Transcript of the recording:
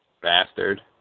bastard